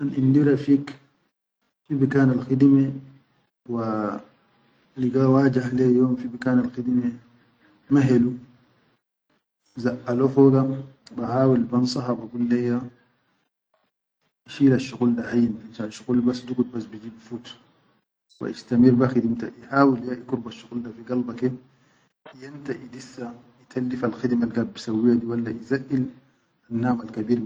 Kan indi rafig, fi bikanal khidime wa liga wahaja yom fi bikanal khidime, ma helu zaʼalo foga baha wil ban saha ba gul leyya shi lal shuqul da hayyin leshan shuqul bas digud bas biji bifut wa istamil be khimdimta ihwahi ya ikurba shuqul da fi galba ke yanta idissa etallefel khidime gaid bi sawwi da walla izaʼel anam kan.